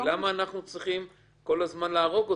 למה אנחנו צריכים כל הזמן להרוג אותו?